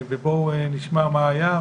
נשמע מה היה,